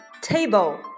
table